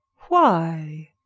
why?